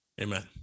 Amen